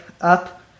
up